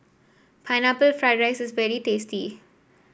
Pineapple Fried Rice is very tasty